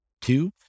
Two